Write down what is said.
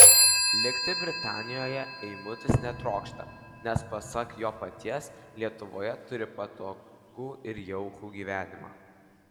likti britanijoje eimutis netrokšta nes pasak jo paties lietuvoje turi patogų ir jaukų gyvenimą